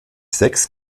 sechs